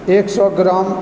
एक सए ग्राम